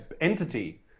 entity